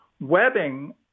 webbing